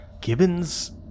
Gibbons